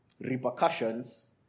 Repercussions